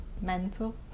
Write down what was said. mental